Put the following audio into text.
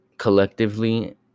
Collectively